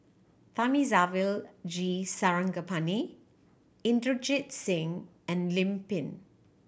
Thamizhavel G Sarangapani Inderjit Singh and Lim Pin